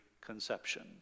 conception